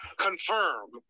confirm